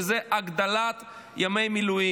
שזה הגדלת מספר ימי המילואים